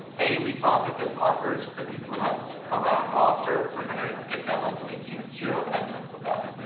a, we thought that those markers that we put up around gloucester were going ah get that and we've seen zero evidence of that.